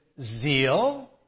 zeal